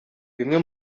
bimwe